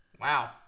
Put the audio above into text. Wow